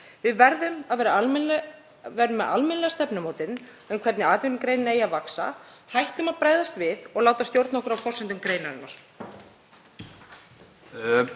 Við verðum að vera með almennilega stefnumótun um hvernig atvinnugreinin á að vaxa. Hættum að bregðast við og láta stjórna okkur á forsendum greinarinnar.